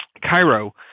Cairo